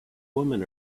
woman